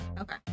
Okay